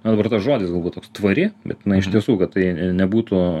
na dabar tas žodis galbūt toks tvari bet inai iš tiesų tai nebūtų